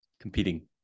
competing